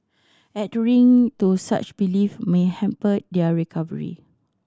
adhering to such belief may hamper their recovery